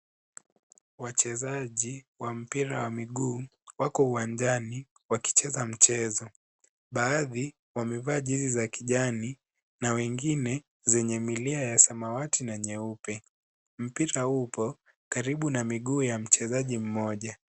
Wachezaji wa mpira wa miguu wako uwanjani wakicheza mchezo. Baadhi wamevaa jezi za kijani na wengine zenye milia ya samawati na nyeupe. Mpira upo karibu na miguu ya mchezaji mmoja.